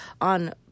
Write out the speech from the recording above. on